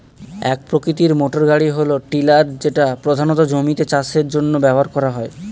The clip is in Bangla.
এক প্রকৃতির মোটরগাড়ি হল টিলার যেটা প্রধানত জমিতে চাষের জন্য ব্যবহার করা হয়